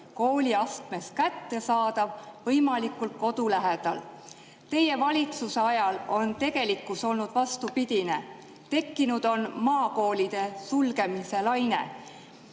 kooliastmes kättesaadav võimalikult kodu lähedal. Teie valitsuse ajal on tegelikkus olnud vastupidine, tekkinud on maakoolide sulgemise laine.